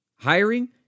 Hiring